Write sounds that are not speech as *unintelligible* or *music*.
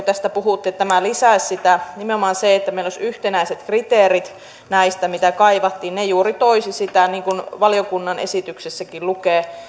*unintelligible* tästä puhuttiin että tämä lisäisi sitä niin nimenomaan se että meillä olisi yhtenäiset kriteerit näistä mitä kaivattiin juuri toisi niin kuin valiokunnan esityksessäkin lukee